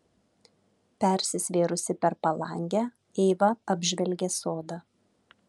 persisvėrusi per palangę eiva apžvelgė sodą